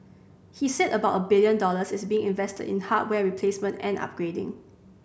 he said about a billion dollars is being invested in hardware replacement and upgrading